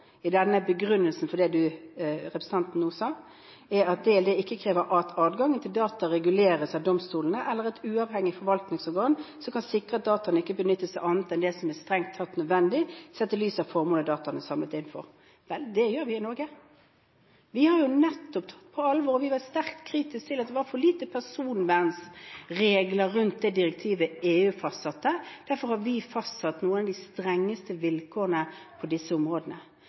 at DLD ikke krever adgang til at data reguleres av domstolen eller et uavhengig forvaltningsorgan som kan sikre at dataene ikke benyttes til annet enn det som er strengt tatt nødvendig, sett i lys av formålet dataene er samlet inn for. Vel, det gjør vi i Norge. Vi har nettopp tatt på alvor at vi var sterkt kritisk til at det var for lite personvernregler rundt det direktivet EU fastsatte. Derfor har vi fastsatt noen av de strengeste vilkårene på disse områdene.